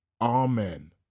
Amen